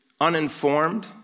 uninformed